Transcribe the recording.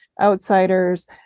outsiders